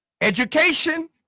education